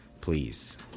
please